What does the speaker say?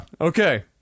Okay